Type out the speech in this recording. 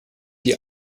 die